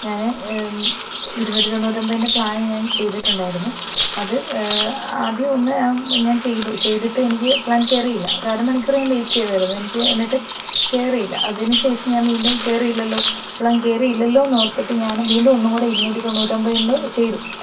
ഞാൻ ഇരുന്നൂറ്റി തൊണ്ണൂറ്റിയൊൻപതിൻ്റെ പ്ലാൻ ഞാൻ ചെയ്തിട്ടുണ്ടായിരുന്നു അത് ആദ്യം ഒന്ന് ഞാൻ ചെയ്തു ചെയ്തിട്ട് എനിക്ക് പ്ലാൻ കയറിയില്ല ഒരു അര മണിക്കൂർ ഞാൻ വെയിറ്റ് ചെയ്തായിരുന്നു എനിക്ക് എന്നിട്ടും കയറിയില്ല അതിനുശേഷം ഞാൻ വീണ്ടും കയറിയില്ലല്ലോ അപ്പോളും കയറിയില്ലല്ലോ എന്നോർത്തിട്ട് ഞാൻ വീണ്ടും ഒന്നുകൂടെ ഇരുന്നൂറ്റി തൊണ്ണൂറ്റിയൊൻപതിൻ്റെ ചെയ്തു